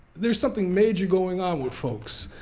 there's something major going on with folks.